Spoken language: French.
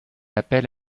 appelle